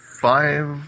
five